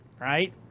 Right